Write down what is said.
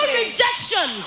rejection